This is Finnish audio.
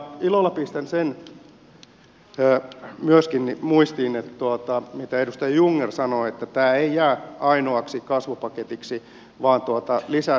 ilolla pistän sen myöskin muistiin mitä edustaja jungner sanoi että tämä ei jää ainoaksi kasvupaketiksi vaan lisää seuraa